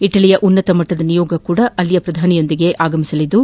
ಇಟಲಿಯ ಉನ್ನತ ಮಟ್ಟದ ನಿಯೋಗವೂ ಅಲ್ಲಿನ ಕ್ರಧಾನಿಯೊಂದಿಗೆ ಆಗಮಿಸಲಿದ್ದು